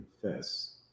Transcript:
confess